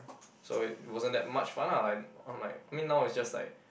so it wasn't that much fun ah like I'm like I mean now is just like